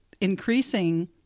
increasing